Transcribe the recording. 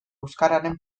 euskararen